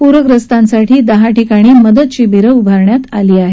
पूरग्रस्तांसाठी दहा ठिकाणी मदत शिबिरं उभारण्यात आली आहेत